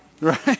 Right